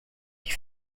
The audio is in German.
die